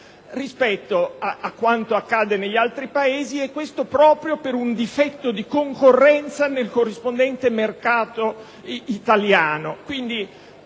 rispetto a quanto accade negli altri Paesi e questo accade proprio per un difetto di concorrenza nel corrispondente mercato italiano.